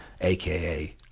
aka